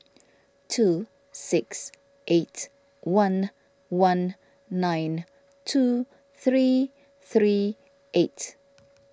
two six eight one one nine two three three eight